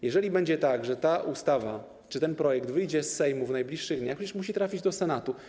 Jeżeli będzie tak, że ta ustawa czy ten projekt wyjdzie z Sejmu w najbliższych dniach, to od razu trafi do Senatu.